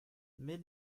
mais